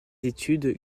études